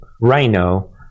rhino